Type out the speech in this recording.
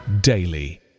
daily